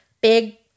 big